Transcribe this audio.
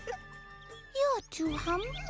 you are too humble,